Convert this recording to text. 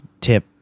tip